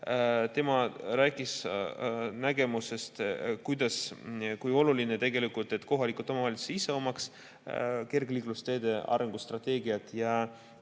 Tema rääkis nägemusest, kui oluline on tegelikult, et kohalikud omavalitsused ise omaks kergliiklusteede arengustrateegiat ja